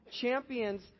champions